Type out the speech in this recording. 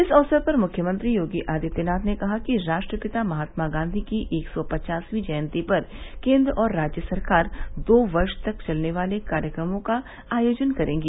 इस अवसर पर मुख्यमंत्री योगी आदित्यनाथ ने कहा कि राष्ट्रपिता महात्मा गांवी की एक सौ पचासवी जयंती पर केन्द्र और राज्य सरकार दो वर्ष तक चलने वाले कार्यक्रमों का आयोजन करेंगी